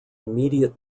immediate